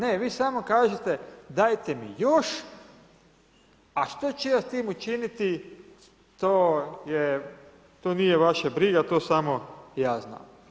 Ne, vi samo kažete, dajte mi još, a što ću ja s tim učiniti, to je, to nije vaša briga, to samo ja znam.